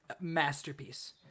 Masterpiece